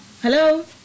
hello